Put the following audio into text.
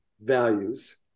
values